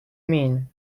mean